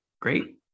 Great